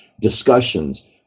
discussions